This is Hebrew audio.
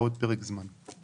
לעוד פרק זמן.